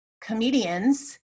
comedians